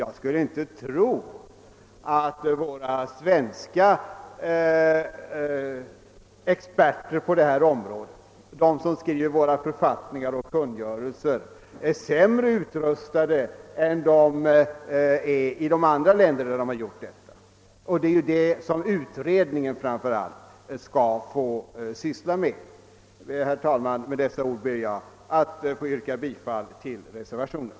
Jag skulle inte tro att de svenska experterna på detta område — de som skriver våra författningar och kungörelser — är sämre utrustade än skattelagssakkunniga i andra länder som genomfört detta system. Utredningen skall framför allt syssla med just denna fråga. Herr talman! Med det anförda ber jag att få yrka bifall till reservationen.